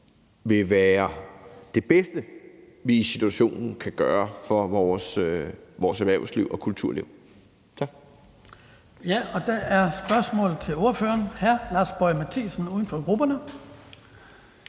vil være det bedste, som vi i situationen kan gøre for vores erhvervsliv og kulturliv.